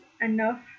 enough